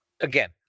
Again